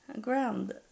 Ground